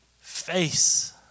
face